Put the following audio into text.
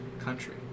country